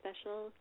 special